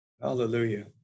Hallelujah